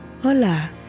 Hola